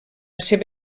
seua